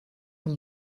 een